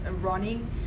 running